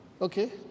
Okay